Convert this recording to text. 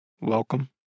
welcome